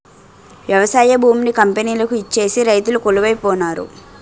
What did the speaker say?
వ్యవసాయ భూమిని కంపెనీలకు ఇచ్చేసి రైతులు కొలువై పోనారు